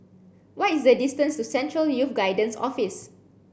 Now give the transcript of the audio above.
what is the distance to Central Youth Guidance Office